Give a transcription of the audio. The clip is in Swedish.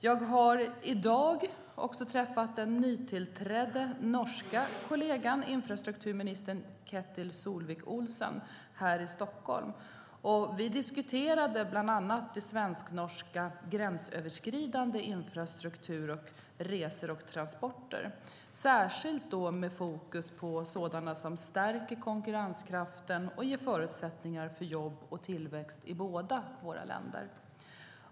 Jag har i dag också träffat den nytillträdde norske kollegan, infrastrukturministern Ketil Solvik-Olsen, här i Stockholm. Vi diskuterade bland annat svensk-norsk gränsöverskridande infrastruktur och resor och transporter, särskilt med fokus på sådana som stärker konkurrenskraften och ger förutsättningar för jobb och tillväxt i båda våra länder.